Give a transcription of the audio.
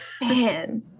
Man